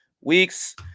weeks